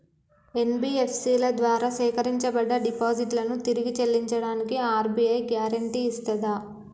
NBFC ల ద్వారా సేకరించబడ్డ డిపాజిట్లను తిరిగి చెల్లించడానికి ఆర్.బి.ఐ గ్యారెంటీ ఇస్తదా?